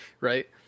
right